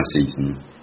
season